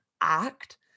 act